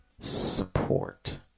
support